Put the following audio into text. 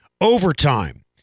Overtime